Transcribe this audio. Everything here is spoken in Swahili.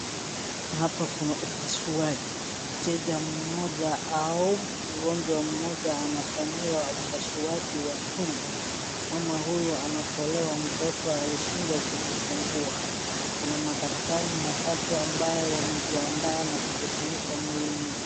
Hapa kuna upasuaji, mteja mmoja au mgonjwa mmoja anafanyiwa upasuaji wa tumbo, mama huyu anatolewa mtoto alishindwa kujifungua. Kuna madaktari watatu ambao wameajiandaa na kujifunika mwili mzima.